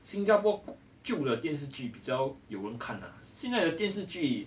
新加坡旧的电视剧比较有人看啊现在的电视剧